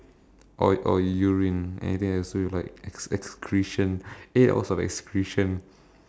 or or you urine anything that has to do with like excretion eight hours of excretion